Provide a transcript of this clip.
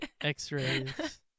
X-rays